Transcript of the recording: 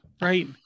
right